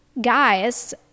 guys